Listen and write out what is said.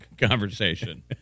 Conversation